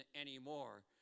anymore